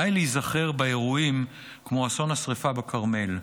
די להיזכר באירועים כמו אסון השרפה בכרמל,